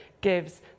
gives